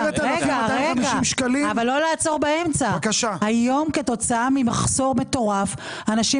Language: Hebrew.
אבל היום כתוצאה ממחסור מטורף אנשים